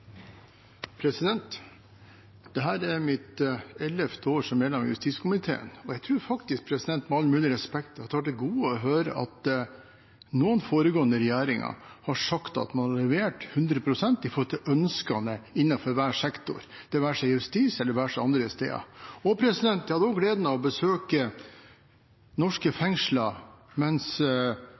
men det får vi heller komme tilbake til. Dette er mitt ellevte år som medlem av justiskomiteen, og jeg tror, med all mulig respekt, at jeg har til gode å høre at noen foregående regjeringer har sagt at man har levert 100 pst. når det gjelder ønskene innenfor hver sektor, det være seg justissektoren eller andre sektorer. Jeg hadde gleden av å besøke norske fengsler mens